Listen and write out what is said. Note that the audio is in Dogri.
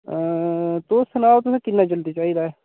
तुस सनाओ तुसें किन्ना जल्दी चाहिदा एह्